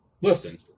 listen